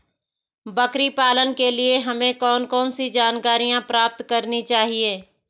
बकरी पालन के लिए हमें कौन कौन सी जानकारियां प्राप्त करनी चाहिए?